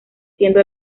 siendo